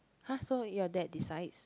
!huh! so your dad decides